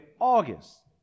August